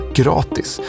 gratis